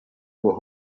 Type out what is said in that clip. were